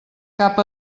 cap